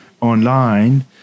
online